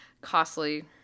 costly